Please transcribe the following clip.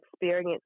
experience